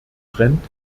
trennt